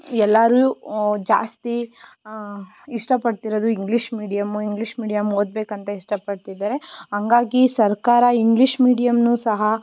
ಎಲ್ಲರೂ ಜಾಸ್ತಿ ಇಷ್ಟಪಡ್ತಿರೋದು ಇಂಗ್ಲೀಷ್ ಮೀಡಿಯಮ್ಮು ಇಂಗ್ಲೀಷ್ ಮೀಡಿಯಮ್ ಓದಬೇಕಂತ ಇಷ್ಟಪಡ್ತಿದ್ದಾರೆ ಹಂಗಾಗಿ ಸರ್ಕಾರ ಇಂಗ್ಲೀಷ್ ಮೀಡಿಯಮ್ಮನ್ನು ಸಹ